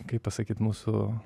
kaip pasakyt mūsų